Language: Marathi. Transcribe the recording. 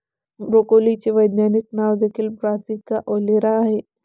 ब्रोकोलीचे वैज्ञानिक नाव देखील ब्रासिका ओलेरा आहे